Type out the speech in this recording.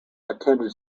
attended